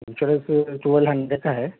insurance تو twelve hundred کا ہے